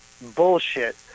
bullshit